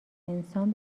انسان